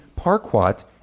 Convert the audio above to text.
Parquat